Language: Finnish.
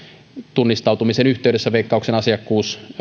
tunnistautumisen yhteydessä veikkauksen asiakkuus